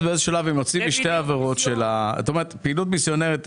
פעילות מיסיונרית,